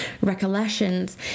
recollections